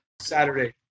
Saturday